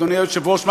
אדוני היושב-ראש,